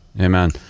Amen